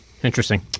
Interesting